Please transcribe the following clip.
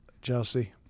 Chelsea